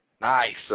Nice